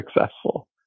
successful